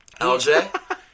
LJ